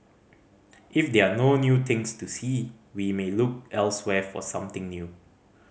if there are no new things to see we may look elsewhere for something new